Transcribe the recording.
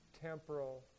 temporal